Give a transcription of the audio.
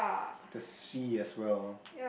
the sea as well ah